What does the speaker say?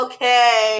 Okay